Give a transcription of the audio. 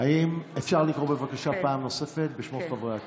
אפשר לקרוא בבקשה פעם נוספת בשמות חברי הכנסת.